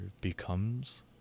becomes